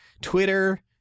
Twitter